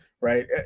right